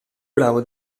bravo